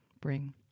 bring